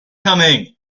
coming